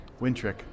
Wintrick